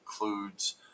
includes